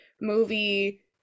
movie